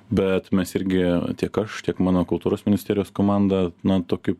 bet mes irgi tiek aš tiek mano kultūros ministerijos komanda nuo tokį